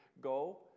go